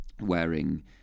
wearing